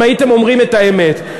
אם הייתם אומרים את האמת.